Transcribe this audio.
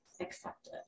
accepted